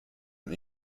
und